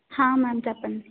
హా మేమ్ చెప్పండి